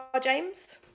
James